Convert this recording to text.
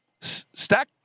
Stack